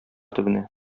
төбенә